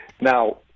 Now